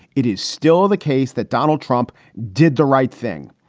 it is still the case that donald trump did the right thing.